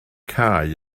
cae